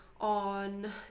on